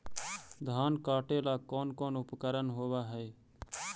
धान काटेला कौन कौन उपकरण होव हइ?